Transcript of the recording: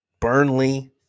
Burnley